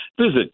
Visit